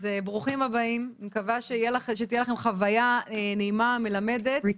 מקווה שתהיה לכם חוויה נעימה, מלמדת,